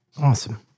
Awesome